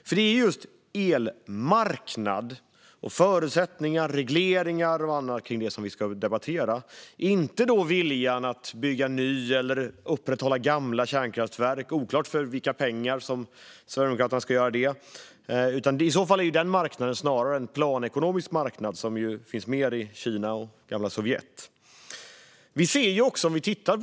För det är just elmarknad och förutsättningar och regleringar kring det som vi ska debattera - inte viljan att bygga nya eller upprätthålla gamla kärnkraftverk. Det är dessutom oklart för vilka pengar Sverigedemokraterna ska göra detta. I så fall blir denna marknad snarare en planekonomisk marknad, som det finns mer av i Kina och det gamla Sovjet.